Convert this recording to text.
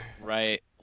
right